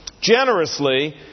generously